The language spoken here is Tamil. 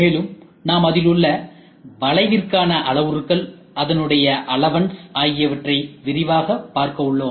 மேலும் நாம் அதிலுள்ள வளைவிற்கான அளவுருக்கள் அதனுடைய அலவன்ஸ் ஆகியவற்றை விரிவாக பார்க்க உள்ளோம்